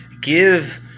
give